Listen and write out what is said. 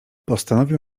postanowił